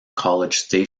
college